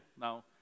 Now